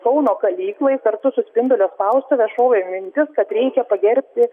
kauno kalyklai kartu su spindulio spaustuve šovė mintis kad reikia pagerbti